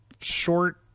short